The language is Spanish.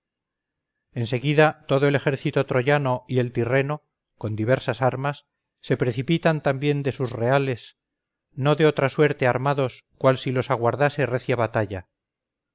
seguida todo el ejército troyano y el tirreno con diversas armas se precipitan también de sus reales no de otra suerte armados cual si los aguardase recia batalla